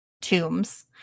tombs